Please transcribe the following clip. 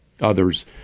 Others